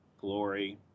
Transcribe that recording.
glory